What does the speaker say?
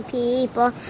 people